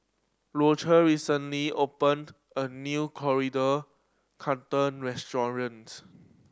Rodger recently opened a new Coriander Chutney restaurant